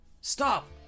Stop